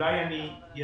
ואולי אני אסיים